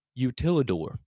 Utilidor